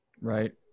Right